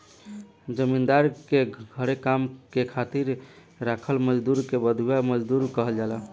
जमींदार के घरे काम करे खातिर राखल मजदुर के बंधुआ मजदूर कहल जाला